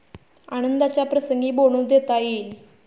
आनंदाच्या प्रसंगी बोनस देता येईल